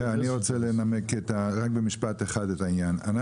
אני רוצה לנמק רק במשפט אחד את העניין,